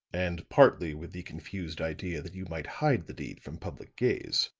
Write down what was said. and partly with the confused idea that you might hide the deed from public gaze